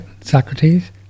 Socrates